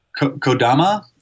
Kodama